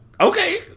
Okay